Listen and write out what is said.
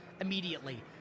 immediately